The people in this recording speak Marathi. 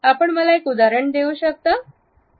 आपण मला एक उदाहरण देऊ शकता